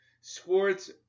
sports